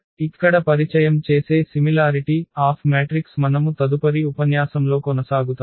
ఇక్కడ పరిచయం చేసే సిమిలారిటి ఆఫ్ మ్యాట్రిక్స్ మనము తదుపరి ఉపన్యాసంలో కొనసాగుతాము